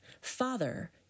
father